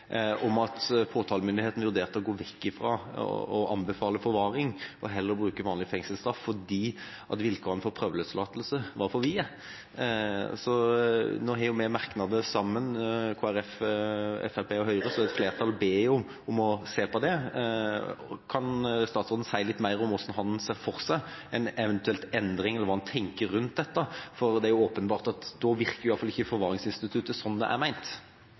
om at påtalemyndigheten vurderte å gå vekk fra å anbefale forvaring og heller bruke vanlig fengselsstraff, fordi vilkårene for prøveløslatelse er for vide. Nå har jo Kristelig Folkeparti, Fremskrittspartiet og Høyre merknader sammen, så et flertall ber om at en ser på det. Kan statsråden si litt mer om hvordan han ser for seg en eventuell endring eller hva han tenker rundt dette, for det er jo åpenbart at forvaringsinstituttet ikke virker